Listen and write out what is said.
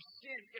sin